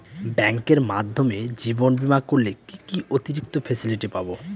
ব্যাংকের মাধ্যমে জীবন বীমা করলে কি কি অতিরিক্ত ফেসিলিটি পাব?